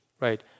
right